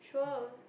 sure